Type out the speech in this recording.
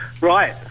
Right